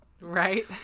Right